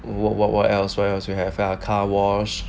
what what what else what else we have our car wash